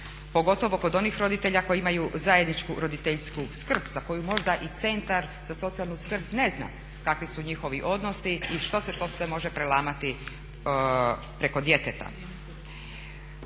pogotovo onih roditelja koji imaju zajedničku roditeljsku skrb za koju možda i centar za socijalnu skrb ne zna kakvi su njihovi odnosi i što se sve to može prelamati preko djeteta.